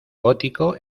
gótico